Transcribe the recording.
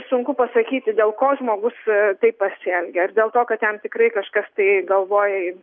sunku pasakyti dėl ko žmogus taip pasielgė ar dėl to kad jam tikrai kažkas tai galvoj